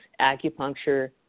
Acupuncture